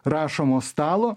rašomo stalo